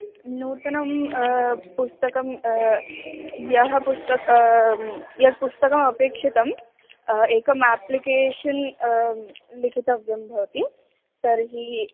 नूतनं पुस्तकं यः पुस्त यत् पुस्तकमपेक्षितं एकम् आप्लिकेषन् लेखितव्यं भवति तर्हि